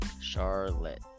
Charlotte